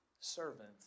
servant